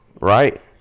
Right